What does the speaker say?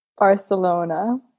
Barcelona